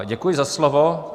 Děkuji za slovo.